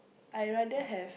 I rather have